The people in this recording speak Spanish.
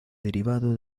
derivado